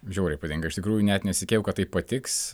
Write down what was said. žiauriai patinka iš tikrųjų net nesikėjau kad taip patiks